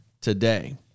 today